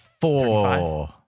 Four